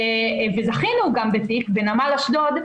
וגם זכינו בתיק בנמל אשדוד,